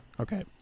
Okay